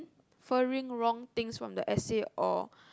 ~ferring wrong things from the essay or